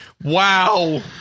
Wow